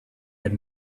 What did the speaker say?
had